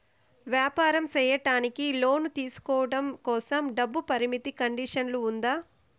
వ్యాపారం సేయడానికి లోను తీసుకోవడం కోసం, డబ్బు పరిమితి కండిషన్లు ఉందా?